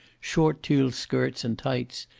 short tulle skirts and tights.